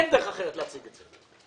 אין דרך אחרת לומר את זה.